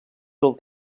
del